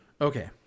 Okay